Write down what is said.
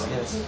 Yes